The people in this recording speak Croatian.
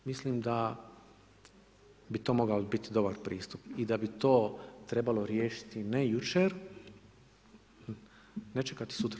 Mislim da bi to mogao biti dobar pristup i da bi to trebalo riješiti ne jučer, ne čekati sutra.